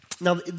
Now